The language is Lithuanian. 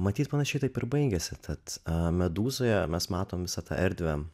matyt panašiai taip ir baigiasi tad medūzoje mes matom visą tą erdvę